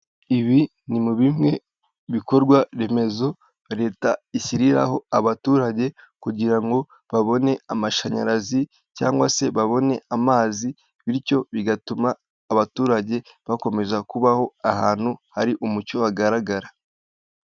Ibi ni mu bimwe bikorwa remezo leta ishyiriraho abaturage kugira ngo babone amashanyarazi cyangwa se babone amazi bityo bigatuma abaturage bakomeza kubaho ahantu hari umucyo hagaragara.